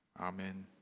Amen